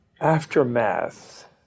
aftermath